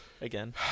Again